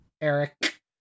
eric